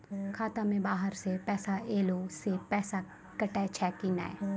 खाता मे बाहर से पैसा ऐलो से पैसा कटै छै कि नै?